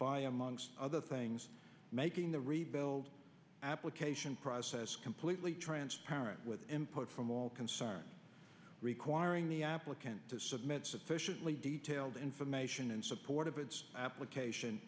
by among other things making the rebuild application process completely transparent with input from all concerned requiring the applicant to submit sufficiently detailed information in support of its application